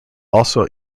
also